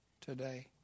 today